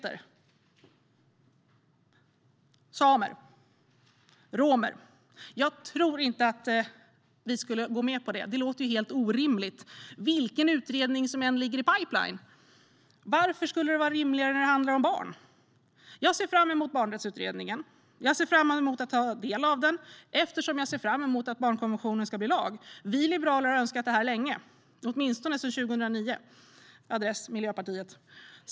Eller tänk om det hade handlat om samer eller romer! Jag tror inte att vi hade gått med på det. Det låter helt orimligt, vilken utredning som än ligger i pipeline. Varför skulle det vara rimligare när det handlar om barn? Jag ser fram emot att ta del av Barnrättighetsutredningen eftersom jag ser fram emot att barnkonventionen ska bli lag. Vi liberaler har önskat detta länge, åtminstone sedan 2009 - adress Miljöpartiet.